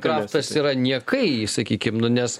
kraftas yra niekai sakykime nu nes